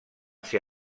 ser